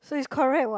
so it's correct what